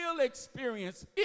experience